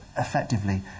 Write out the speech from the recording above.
effectively